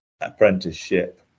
apprenticeship